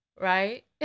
right